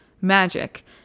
magic